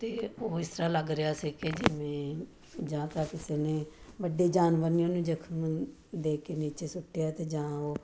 ਅਤੇ ਉਹ ਇਸ ਤਰ੍ਹਾਂ ਲੱਗ ਰਿਹਾ ਸੀ ਕਿ ਜਿਵੇਂ ਜਾਂ ਤਾਂ ਕਿਸੇ ਨੇ ਵੱਡੇ ਜਾਨਵਰ ਨੇ ਉਹਨੂੰ ਜ਼ਖਮ ਦੇ ਕੇ ਨੀਚੇ ਸੁੱਟਿਆ ਅਤੇ ਜਾਂ